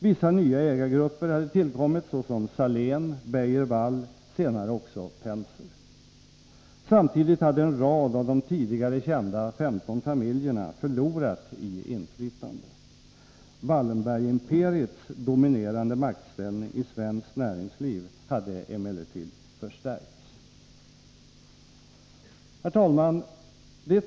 Vissa nya ägargrupper hade tillkommit, såsom Salén och Beijer-Wall, senare också Penser. Samtidigt hade en rad av de tidigare kända ”femton familjerna” förlorat i inflytande. Wallenbergimperiets dominerande maktställning i svenskt näringsliv hade emellertid förstärkts. Herr talman!